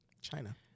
China